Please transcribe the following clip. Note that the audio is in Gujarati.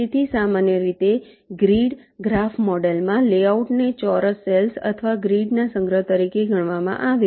તેથી સામાન્ય રીતે ગ્રીડ ગ્રાફ મોડેલમાં લેઆઉટને ચોરસ સેલ્સ અથવા ગ્રીડના સંગ્રહ તરીકે ગણવામાં આવે છે